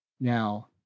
Now